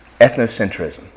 ethnocentrism